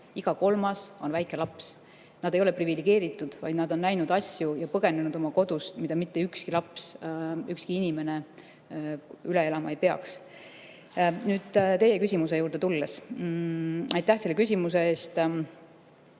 Iga kolmas on väike laps! Nad ei ole privilegeeritud, vaid nad on põgenenud oma kodust ja näinud asju, mida mitte ükski laps ega ükski inimene üle elama ei peaks. Nüüd teie küsimuse juurde tulles, aitäh selle küsimuse eest!